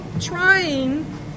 trying